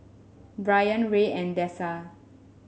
Bryan Rey and Dessa